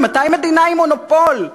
ממתי מדינה היא מונופול?